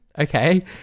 Okay